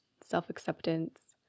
self-acceptance